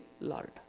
Lord